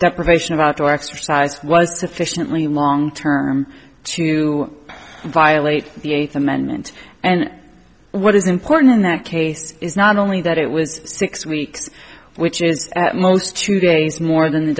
deprivation of outdoor exercise was to fission long term to violate the eighth amendment and what is important in that case is not only that it was six weeks which is at most two days more than the